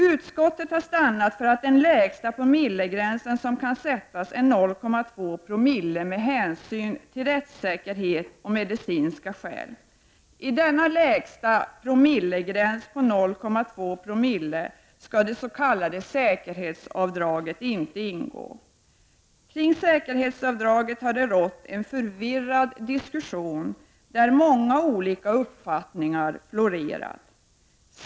Utskottet har stannat för att den lägsta promillegränsen som med hänsyn till rättssäkerhet och medicinska skäl kan sättas är 0,2 Zoo. I denna lägsta promillegräns skall det s.k. säkerhetsavdraget inte ingå. Kring frågan om säkerhetsavdraget har det förts en förvirrad diskussion där många olika uppfattningar florerat.